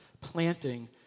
planting